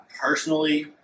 personally